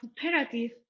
cooperative